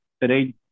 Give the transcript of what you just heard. today